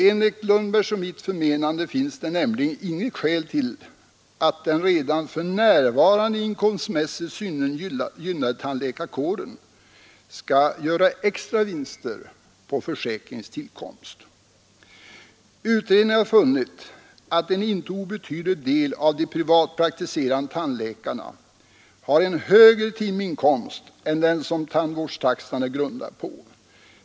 Enligt herr Lundbergs och mitt förmenande finns nämligen inget skäl till att den redan för närvarande inkomstmässigt synnerligen gynnade tandläkarkåren skall göra extra vinster på försäkringens tillkomst. Utredningen har funnit att en inte obetydlig del av de privatpraktiserande tandläkarna har en högre timinkomst än den som tandvårdstaxan är grundad på.